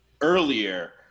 earlier